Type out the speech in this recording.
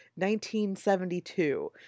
1972